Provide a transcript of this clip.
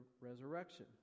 resurrection